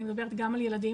אני מדברת גם על ילדים,